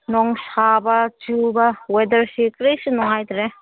ꯅꯣꯡ ꯁꯥꯕ ꯆꯨꯕ ꯋꯦꯗꯔꯁꯤ ꯀꯔꯤꯁꯨ ꯅꯨꯡꯉꯥꯏꯇ꯭ꯔꯦ